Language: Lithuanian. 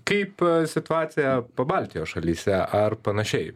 kaip situacija pabaltijos šalyse ar panašiai